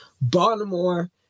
Baltimore